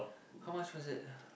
how much was it